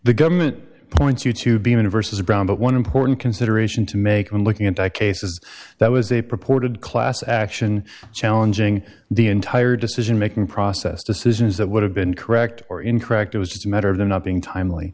the government points you tube universe is brown but one important consideration to make when looking into cases that was a purported class action challenging the entire decision making process decisions that would have been correct or incorrect it was just a matter of their not being timely